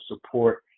support